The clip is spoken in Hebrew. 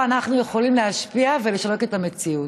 אנחנו יכולים להשפיע ולשנות את המציאות,